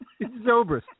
Zobrist